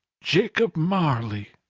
jacob marley.